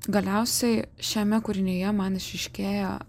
galiausiai šiame kūrinyje man išryškėjo